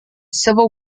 civil